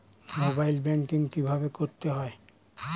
Mobile banking কীভাবে করতে হয়?